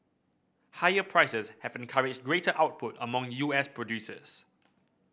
higher prices have encouraged greater output among U S producers